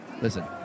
listen